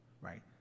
right